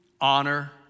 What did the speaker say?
honor